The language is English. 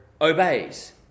obeys